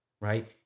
right